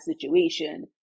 situation